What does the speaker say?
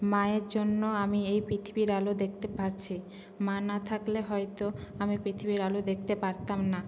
মায়ের জন্য আমি এই পৃথিবীর আলো দেখতে পারছি মা না থাকলে হয়তো আমি পৃথিবীর আলো দেখতে পারতাম না